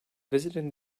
visiting